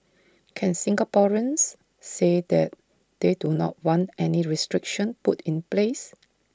can Singaporeans say that they do not want any restriction put in place